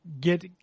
get